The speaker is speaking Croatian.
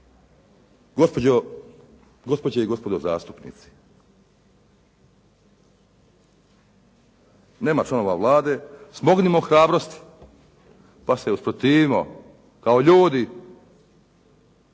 Gospođe i gospodo zastupnici, nema članove Vlade, smognimo hrabrosti pa se usprotivimo kao ljudi